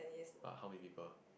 but how many people